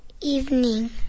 evening